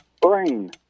Brain